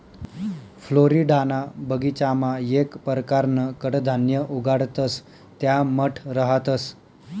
फ्लोरिडाना बगीचामा येक परकारनं कडधान्य उगाडतंस त्या मठ रहातंस